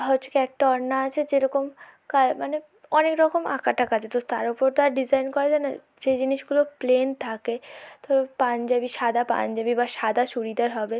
আজকে একটা অড়না আছে যেরকম কাল মানে অনেক রকম আঁকা টাকা যেতো তার ওপর তো আর ডিজাইন করা যায় না যে জিনিসগুলো প্লেন থাকে তো পাঞ্জাবি সাদা পাঞ্জাবি বা সাদা চুড়িদার হবে